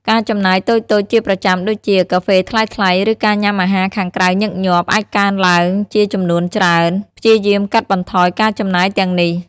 ការចំណាយតូចៗជាប្រចាំដូចជា កាហ្វេថ្លៃៗ រឺការញ៉ាំអាហារខាងក្រៅញឹកញាប់ អាចកើនឡើងជាចំនួនច្រើន។ ព្យាយាមកាត់បន្ថយការចំណាយទាំងនេះ។